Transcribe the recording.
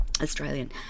Australian